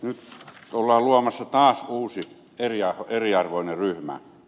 nyt ollaan luomassa taas uusi eriarvoinen ryhmä